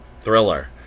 Thriller